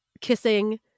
kissing